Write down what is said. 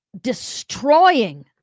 destroying